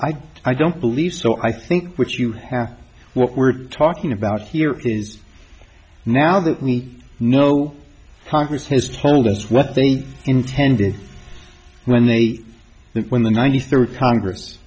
i don't believe so i think what you have what we're talking about here is now that we know congress has told us what they intended when they when the ninety three congress